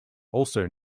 also